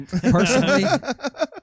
Personally